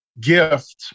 gift